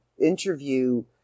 interview